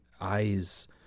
eyes